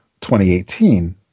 2018